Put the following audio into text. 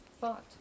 thought